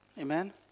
Amen